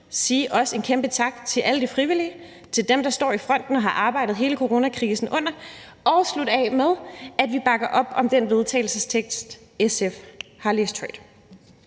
sige en kæmpe tak til alle de frivillige og til dem, der står i fronten og har arbejdet under hele coronakrisen, og slutte af med, at vi bakker op om den vedtagelsestekst, SF har læst